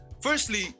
firstly